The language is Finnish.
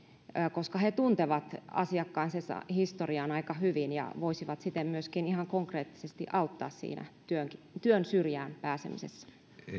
koska he tuntevat asiakkaansa historian aika hyvin ja voisivat siten myöskin ihan konkreettisesti auttaa siinä työn työn syrjään pääsemisessä